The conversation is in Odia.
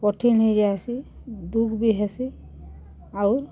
କଠିନ୍ ହେଇ ଯାଏସି ଦୁଃଖ୍ ବି ହେସି ଆଉ